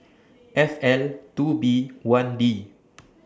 F L two B one D